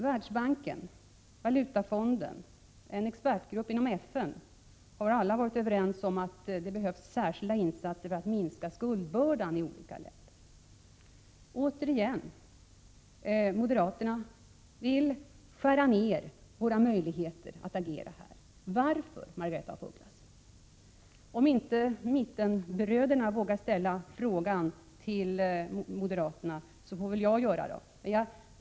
Världsbanken, Valutafonden och en expertgrupp inom FN har alla varit överens om att det behövs särskilda insatser för att minska skuldbördan i olika länder. Återigen: Moderaterna vill skära ner våra möjligheter att agera. Varför, Margaretha af Ugglas? Om inte mittenbröderna vågar ställa frågor till moderaterna, får väl jag göra det.